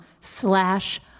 slash